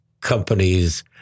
companies